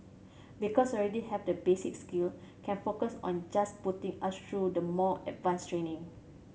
because already have the basic skill can focus on just putting us through the more advanced training